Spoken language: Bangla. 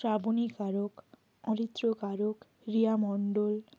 শ্রাবণী কারক অরিত্র কারক রিয়া মণ্ডল